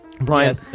Brian